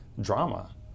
drama